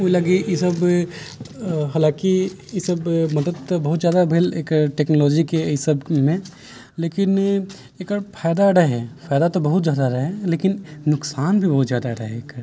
ओ लागि इसभ हाँलाकि इसभ मदद तऽ बहुत जादा भेल एकर टेक्नोलोजीके एहि सभमे लेकिन एकर फायदा रहै फायदा तऽ बहुत जादा रहै लेकिन नुकसान भी बहुत जादा रहै एकर